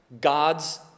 God's